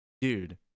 dude